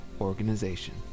organization